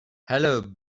hello